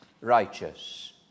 righteous